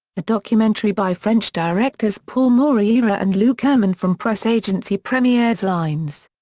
a documentary by french directors paul moreira and luc hermann from press agency premieres like lignes.